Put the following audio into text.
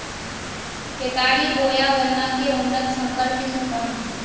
केतारी बोया गन्ना के उन्नत संकर किस्म कौन है?